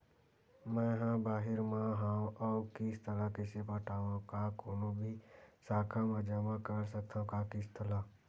मैं हा बाहिर मा हाव आऊ किस्त ला कइसे पटावव, का कोनो भी शाखा मा जमा कर सकथव का किस्त ला?